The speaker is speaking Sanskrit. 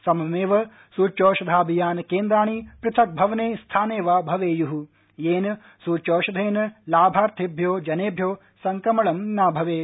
सममेव सूच्यौषधाभियान केन्द्राणि पृथक् भवने स्थाने वा भवेय्ः येन सूच्यौषधेन लाभार्थिभ्यो जनेभ्यो संक्रमण न भवेत